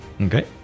Okay